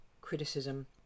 criticism